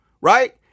Right